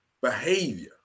behavior